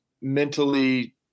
mentally